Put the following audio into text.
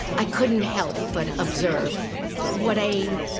i couldn't help but observe what a